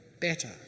better